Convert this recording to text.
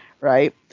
Right